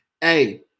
hey